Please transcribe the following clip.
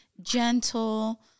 gentle